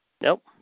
Nope